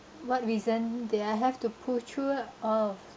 what reason did I have to pull through of